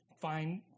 find